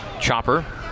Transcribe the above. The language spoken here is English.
Chopper